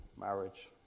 marriage